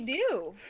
do?